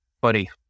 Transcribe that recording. buddy